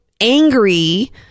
angry